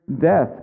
death